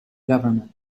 government